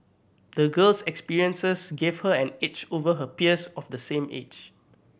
the girl's experiences gave her an edge over her peers of the same age